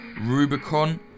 Rubicon